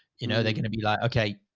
you know, they're going to be like, okay,